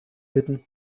bitten